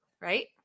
right